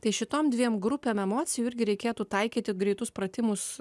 tai šitom dviem grupėm emocijų irgi reikėtų taikyti greitus pratimus